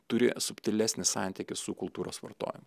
turi subtilesnį santykį su kultūros vartoji